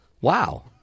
Wow